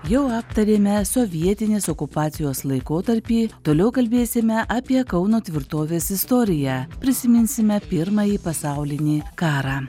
jau aptarėme sovietinės okupacijos laikotarpį toliau kalbėsime apie kauno tvirtovės istoriją prisiminsime pirmąjį pasaulinį karą